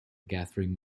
gathering